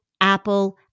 Apple